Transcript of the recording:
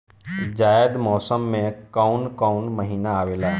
जायद मौसम में काउन काउन महीना आवेला?